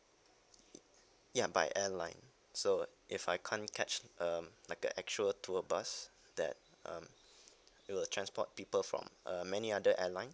ya by airline so if I can't catch um like the actual tour bus that um it will transport people from uh many other airlines